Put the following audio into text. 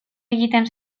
egiten